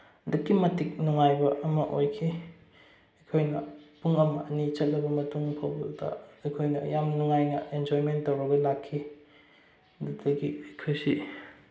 ꯑꯗꯨꯛꯀꯤ ꯃꯇꯤꯛ ꯅꯨꯡꯉꯥꯏꯕ ꯑꯃ ꯑꯣꯏꯈꯤ ꯑꯩꯈꯣꯏꯅ ꯄꯨꯡ ꯑꯃ ꯑꯅꯤ ꯆꯠꯂꯕ ꯃꯇꯨꯡ ꯐꯥꯎꯕꯗ ꯑꯩꯈꯣꯏꯅ ꯌꯥꯝꯅ ꯅꯨꯡꯉꯥꯏꯅ ꯑꯦꯟꯖꯣꯏꯃꯦꯟ ꯇꯧꯔꯒ ꯂꯥꯛꯈꯤ ꯑꯗꯨꯗꯒꯤ ꯑꯩꯈꯣꯏꯁꯤ